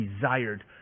desired